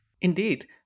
Indeed